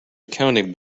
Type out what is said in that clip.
accounting